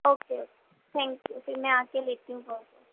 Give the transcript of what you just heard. okay okay thank you پھر میں آ کے لیتی ہوں